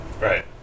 Right